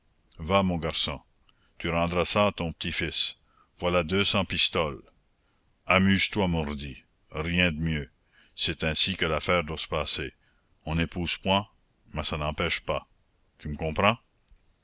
va mon garçon tu rendras ça à ton petit-fils voilà deux cents pistoles amuse-toi mordi rien de mieux c'est ainsi que l'affaire doit se passer on n'épouse point mais ça n'empêche pas tu me comprends